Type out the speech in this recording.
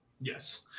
Yes